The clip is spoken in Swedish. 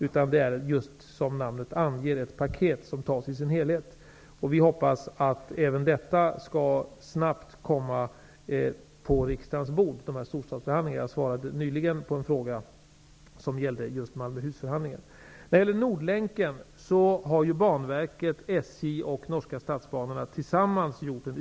Som namnet anger är det ju fråga om ett paket som man fattar beslut om i dess helhet. Vi hoppas att förslagen från dessa storstadsförhandlingar snabbt skall komma på riksdagens bord. Jag svarade nyligen på en fråga som gällde just Malmöhusförhandlingarna. När det gäller Nordlänken, har Banverket, SJ och Göteborg och Oslo.